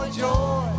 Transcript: joy